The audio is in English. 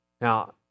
Now